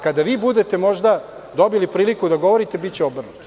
Kada vi budete možda dobili priliku da govorite, biće obrnuto.